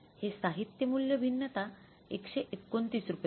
हे साहित्य मूल्य भिन्नता 129 रुपये